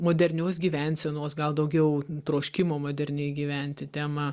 modernios gyvensenos gal daugiau troškimo moderniai gyventi tema